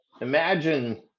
imagine